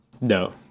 No